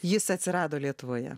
jis atsirado lietuvoje